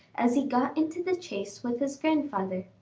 as he got into the chaise with his grandfather.